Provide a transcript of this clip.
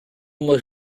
uma